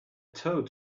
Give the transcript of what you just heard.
tow